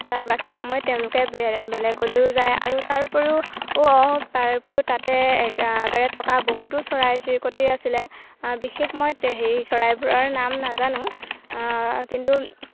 তাৰ বাকী সময়ত তেওঁলোক বেলেগলৈ যায় আৰু তাৰোপৰিও তাৰোপৰিও তাতে একেবাৰে থকা বহুতো চৰাই চিৰিকটি আছিলে বিশেষ মই হেৰি চৰাইবোৰৰ নাম নাজানো কিন্তু